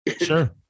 Sure